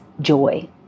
joy